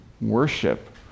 worship